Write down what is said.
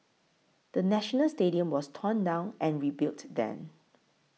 the National Stadium was torn down and rebuilt then